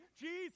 Jesus